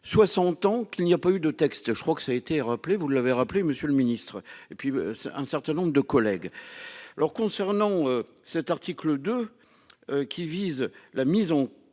60 ans qu'il n'y a pas eu de texte, je crois que ça a été rappelé, vous l'avez rappelé monsieur le ministre et puis un certain nombre de collègues. Alors concernant cet article 2. Qui vise la mise en